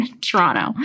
Toronto